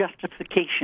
justification